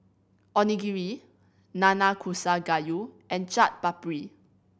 Onigiri Nanakusa Gayu and Chaat Papri